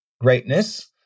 greatness